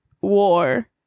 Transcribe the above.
War